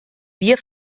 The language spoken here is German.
wir